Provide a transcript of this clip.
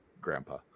Grandpa